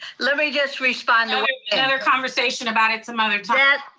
let me just respond to another conversation about it some other time.